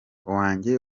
wanjye